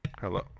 Hello